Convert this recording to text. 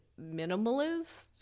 minimalist